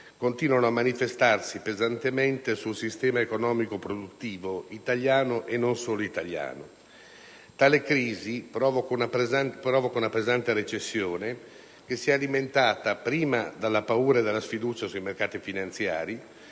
continuano a manifestarsi pesantemente sul sistema economico produttivo italiano, e non solo italiano. Tale crisi provoca una pesante recessione, che si è alimentata prima dalla paura e dalla sfiducia nei mercati finanziari,